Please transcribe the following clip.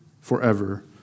forever